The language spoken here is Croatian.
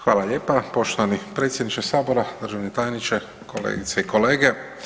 Hvala lijepa poštovani predsjedniče Sabora, državni tajniče, kolegice i kolege.